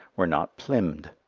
were not plymmed.